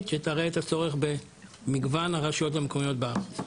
שתראה את הצורך במגוון הרשויות המקומיות בארץ.